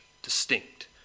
Distinct